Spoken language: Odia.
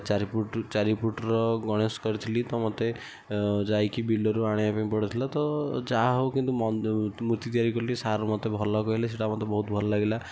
ଚାରି ଫୁଟ୍ ଚାରି ଫୁଟ୍ ର ଗଣେଶ କରିଥିଲି ତ ମତେ ଯାଇକି ବିଲରୁ ଆଣିବା ପାଇଁ ପଡ଼ିଥିଲା ତ ଯା ହେଉ କିନ୍ତୁ ମୂର୍ତ୍ତି ତିଆରି କଲି ସାର୍ ମତେ ଭଲ କହିଲେ ସେଇଟା ମତେ ବହୁତ ଭଲ ଲାଗିଲା